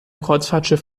kreuzfahrtschiff